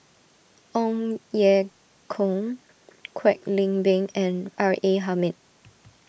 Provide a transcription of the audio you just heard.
Ong Ye Kung Kwek Leng Beng and R A Hamid